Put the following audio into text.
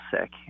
sick